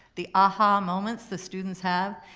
the ah-ha moments the students have,